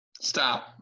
Stop